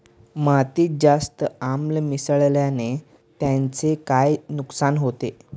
मातीत जास्त आम्ल मिसळण्याने त्याचे काय नुकसान होते?